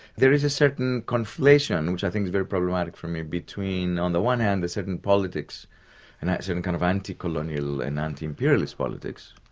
there is a certain conflation which i think is very problematic problematic for me between on the one hand, the certain politics and that certain kind of anti-colonial and anti-imperialist politics,